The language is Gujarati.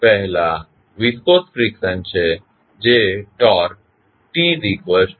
પહેલા વિસ્કોસ ફ્રીક્શન છે જે ટોર્ક TtBd θd tછે